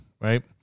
right